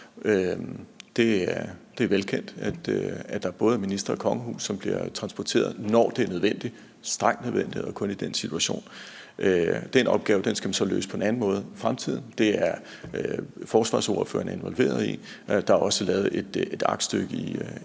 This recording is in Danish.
Det er velkendt, at der både er ministre og medlemmer af kongehuset, som bliver transporteret, når det er strengt nødvendigt og kun i den situation. Den opgave skal vi så løse på en anden måde i fremtiden, og det er forsvarsordførerne involveret i. Der er også lavet et aktstykke i